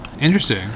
Interesting